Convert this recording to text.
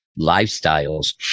lifestyles